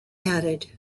added